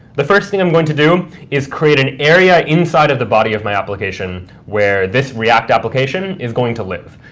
the first thing i'm going to do is create an area inside of the body of my application where this react application is going to live.